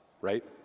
right